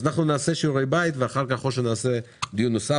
אנחנו נעשה שיעורי בית ואז או שנערוך דיון נוסף